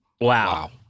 Wow